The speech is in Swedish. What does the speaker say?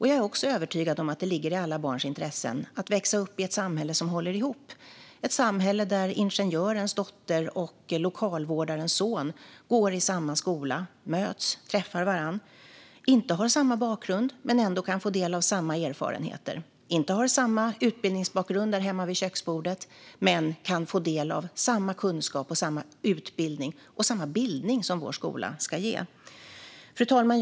Jag är också övertygad om att det ligger i alla barns intresse att växa upp i ett samhälle som håller ihop, ett samhälle där ingenjörens dotter och lokalvårdarens son går i samma skola, möts och träffar varandra, inte har samma bakgrund men ändå kan få del av samma erfarenheter, inte har samma utbildningsbakgrund där hemma vid köksbordet men kan få del av samma kunskap, samma utbildning och samma bildning som vår skola ska ge. Fru talman!